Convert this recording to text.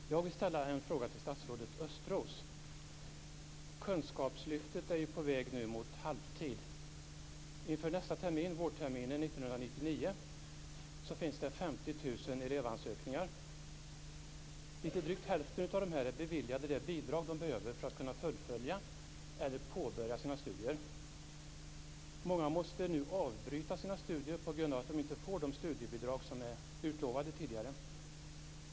Fru talman! Jag vill ställa en fråga till statsrådet Kunskapslyftet är nu på väg mot halvtid. Inför nästa termin, vårterminen 1999, finns det 50 000 elevansökningar. Lite drygt hälften av dessa elever är beviljade det bidrag de behöver för att kunna fullfölja eller påbörja sina studier. Många måste nu avbryta sina studier på grund av att de inte får de studiebidrag som tidigare utlovats.